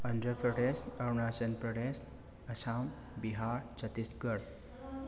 Andhra Pradesh Arunachal Pradesh Assam Bihar Chhattisgarh